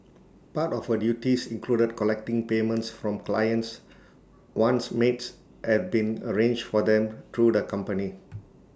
part of her duties included collecting payments from clients once maids had been arranged for them through the company